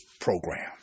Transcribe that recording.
program